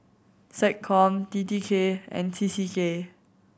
SecCom T T K and T C K